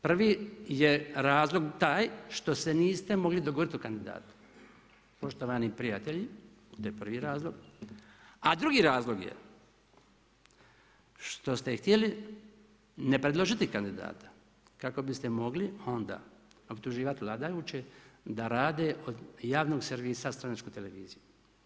Prvi je razlog taj što ste niste mogli dogovoriti o kandidatu, poštovani prijatelji, to je prvi razlog, a drugi razlog, je što ste htjeli ne preložiti kandidata, kako biste mogli onda optuživati vladajuće da rade od javnog servisa stranačku televiziju.